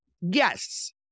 yes